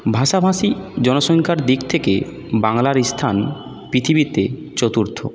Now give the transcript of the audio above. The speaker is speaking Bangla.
ভাষাভাষী জনসংখ্যার দিক থেকে বাংলার স্থান পৃথিবীতে চতুর্থ